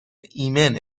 ایمن